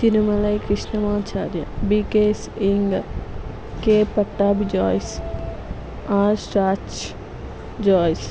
Tirumalai Krishnamacharya B K S Iyengar K Pattabhi Jois R షాచ్ జాయిస్